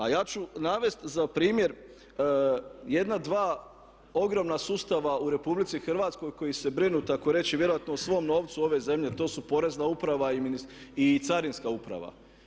A ja ću navesti za primjer jedna dva ogromna sustava u RH koji se brinu takoreći vjerojatno o svom novcu ove zemlje, to su porezna uprava i carinska uprava.